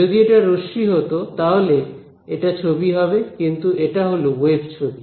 যদি এটা রশ্মি হতো তাহলে এটা ছবি হবে কিন্তু এটা হল ওয়েভ ছবি